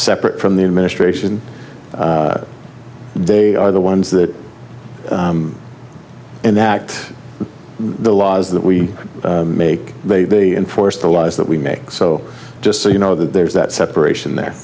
separate from the administration they are the ones that enact the laws that we make they enforce the laws that we make so just so you know that there's that separation there